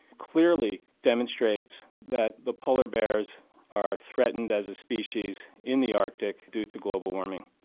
clearly demonstrates that the polar bears are threatened as a species in the arctic due to global warming.